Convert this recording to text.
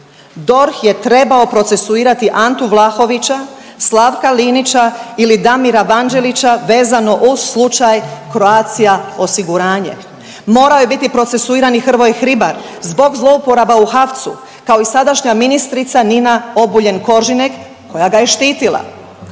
DORH je trebao procesuirati Antu Vlahovića, Slavka Linića ili Damira Vanđelića vezano uz slučaj Croatia osiguranje. Morao je biti procesuirani Hrvoje Hribar zbog zlouporaba u HAVC-u kao i sadašnja ministrica Nina Obuljen Koržinek koja ga je štitila,